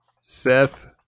Seth